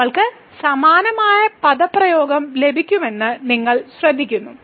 നമ്മൾക്ക് സമാനമായ പദപ്രയോഗം ലഭിക്കുമെന്ന് നിങ്ങൾ ശ്രദ്ധിക്കും